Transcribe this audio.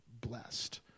blessed